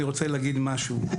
אני רוצה להגיד משהו.